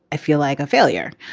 i feel like a failure.